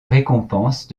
récompense